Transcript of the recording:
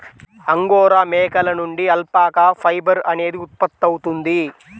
angora మేకల నుండి alpaca fibre అనేది ఉత్పత్తవుతుంది